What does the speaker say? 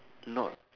not